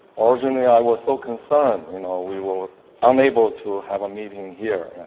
originally i was so concerned, you know, we were unable to have a meeting here.